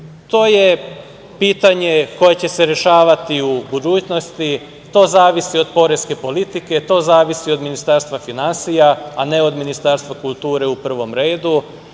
To je pitanje koje će se rešavati u budućnosti. To zavisi od poreske politike, to zavisi od Ministarstva finansija, a ne od Ministarstva kulture u prvom redu.